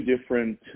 different